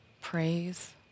praise